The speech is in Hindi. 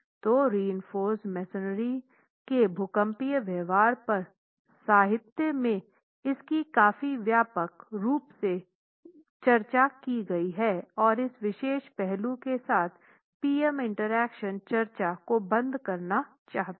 तो रिइंफोर्स मेसनरी के भूकंपीय व्यवहार पर साहित्य में इसकी काफी व्यापक रूप से चर्चा की गई है और इस विशेष पहलू के साथ पी एम इंटरेक्शन चर्चा को बंद करना चाहता हूँ